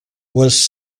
was